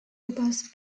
lubas